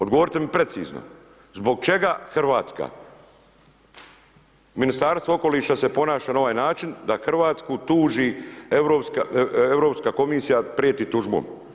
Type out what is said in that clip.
Odgovorite mi precizno, zbog čega Hrvatska, Ministarstvo okoliša se ponaša na ovaj način da Hrvatsku tuži Europska komisija prijeti tužbom.